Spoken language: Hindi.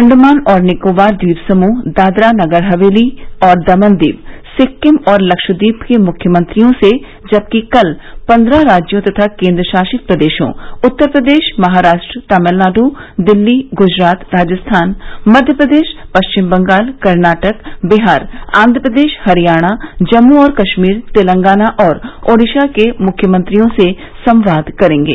अंडमान और निकोबार द्वीप समूह दादरा नगर हवेली और दमन दीव सिक्किम और लक्षद्वीप के मुख्यमंत्रियों से जबकि कल पन्द्रह राज्यों तथा केंद्र शासित प्रदेशों उत्तर प्रदेश महाराष्ट्र तमिलनाडु दिल्ली गुजरात राजस्थान मध्य प्रदेश पश्चिम बंगाल कर्नाटक बिहार आंध्र प्रदेश हरियाणा जम्मू और कश्मीर तेलंगाना और ओडिसा के मुख्यमंत्रियों से संवाद करेंगे